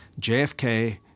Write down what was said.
JFK